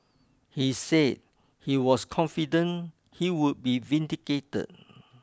he said he was confident he would be vindicated